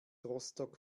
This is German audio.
rostock